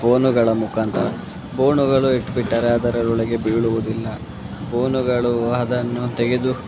ಬೋನುಗಳ ಮುಖಾಂತರ ಬೋನುಗಳು ಇಟ್ಬಿಟ್ಟರೆ ಅದರೊಳಗೆ ಬೀಳುವುದಿಲ್ಲ ಬೋನುಗಳು ಅದನ್ನು ತೆಗೆದು